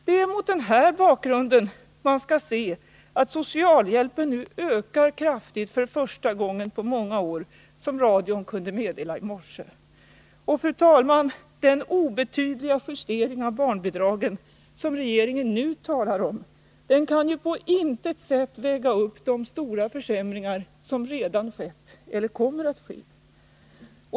Det är mot den här bakgrunden man skall se att socialhjälpen nu ökar kraftigt för första gången på många år, som radion kunde meddela i morse. Och, fru talman, den obetydliga justering av barnbidragen som regeringen nu talar om kan på intet sätt väga upp de stora försämringar som redan skett eller som kommer att ske.